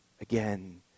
again